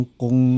kung